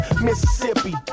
Mississippi